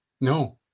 no